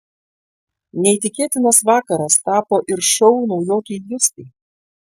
neįtikėtinas vakaras tapo ir šou naujokei justei